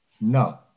No